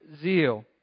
zeal